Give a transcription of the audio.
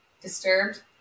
disturbed